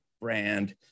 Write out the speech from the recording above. brand